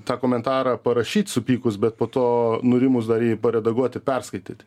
tą komentarą parašyt supykus bet po to nurimus dar jį paredaguoti perskaityt